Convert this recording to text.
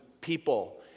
people